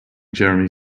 jeremy